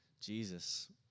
Jesus